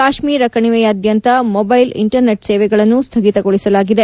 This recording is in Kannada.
ಕಾಶ್ಚೀರ ಕಣಿವೆಯಾದ್ಯಂತ ಮೊಬೈಲ್ ಇಂಟರ್ನೆಟ್ ಸೇವೆಗಳನ್ನು ಸ್ನಗಿತಗೊಳಿಸಲಾಗಿದೆ